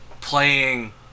playing